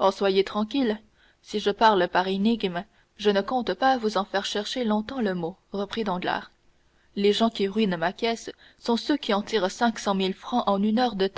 oh soyez tranquille si je parle par énigme je ne compte pas vous en faire chercher longtemps le mot reprit danglars les gens qui ruinent ma caisse sont ceux qui en tirent cinq cent mille francs en une heure de